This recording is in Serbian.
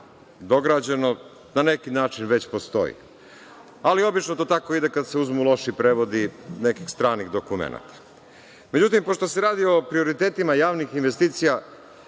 dograđeno, na neki način već postoji. Ali, obično to tako ide kad se uzmu loši prevodi nekih stranih dokumenata.Međutim, pošto se radi o prioritetima javnih investicija,